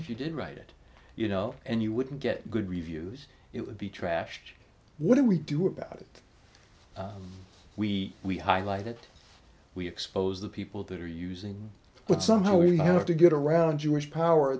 if you did write it you know and you wouldn't get good reviews it would be trashed what do we do about it we we highlight it we expose the people that are using but somehow we have to get around jewish power